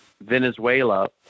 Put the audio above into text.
Venezuela